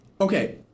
Okay